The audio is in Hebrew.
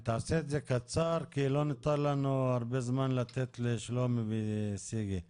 תעשה את זה קצר כי לא נשאר לנו הרבה זמן לתת לשלומי וסיגי לדבר.